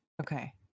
okay